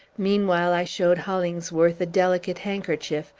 meanwhile i showed hollingsworth a delicate handkerchief,